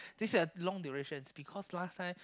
this is a long duration it's because last time